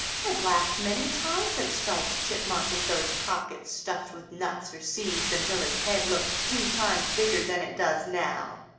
i've laughed many times at striped chipmunk with those pockets stuffed with nuts or seeds until his head looked three times bigger than it does now.